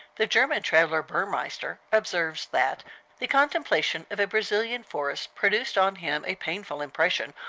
the german traveler burmeister observes that the contemplation of a brazilian forest produced on him a painful impression,